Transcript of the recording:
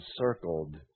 encircled